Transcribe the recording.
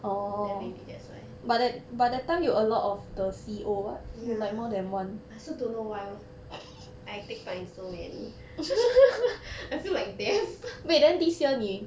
then maybe that's why ya I also don't why I take part in so many I feel like death